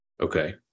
okay